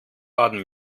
baden